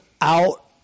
out